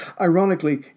Ironically